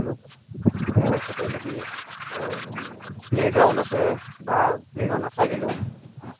ধৰি লওক ঘৰৰ ওচৰতে যদি প্লে'গ্ৰাউণ্ড আছে বা প্লে'গ্ৰাউণ্ড নাথাকিলেও